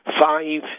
Five